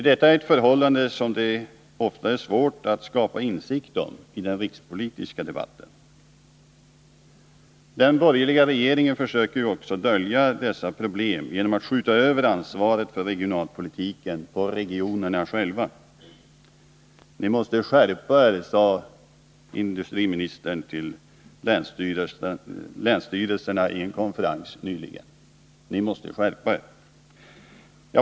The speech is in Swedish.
Detta är ett förhållande som det ofta är svårt att skapa insikt om i den rikspolitiska debatten. Den borgerliga regeringen försöker också dölja dessa problem genom att skjuta över ansvaret för regionalpolitiken på regionerna själva. Ni måste skärpa er, sade industriministern till länsstyrelserna på en konferens nyligen.